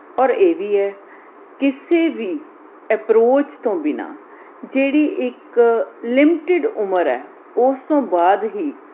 ਔਰ ਇਹ ਵੀ ਹੈ ਕਿਸੇ ਵੀ ਐਪਰੋਚ ਤੋਂ ਬਿਨਾਂ ਜਿਹੜੀ ਇੱਕ ਲਿਮਿਟਿਡ ਉਮਰ ਹੈ ਉਸ ਤੋਂ ਬਾਅਦ ਹੀ